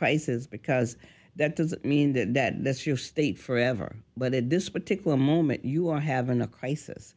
crisis because that doesn't mean that that that's your state forever but at this particular moment you are having a crisis